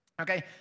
Okay